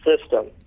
system